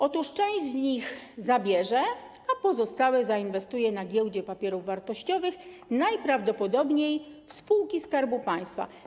Otóż część z nich zabierze, a pozostałe oszczędności zainwestuje na Giełdzie Papierów Wartościowych, najprawdopodobniej w spółki Skarbu Państwa.